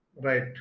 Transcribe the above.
Right